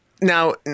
now